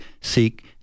seek